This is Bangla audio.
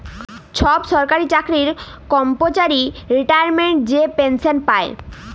ছব সরকারি চাকরির কম্মচারি রিটায়ারমেল্টে যে পেলসল পায়